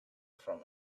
from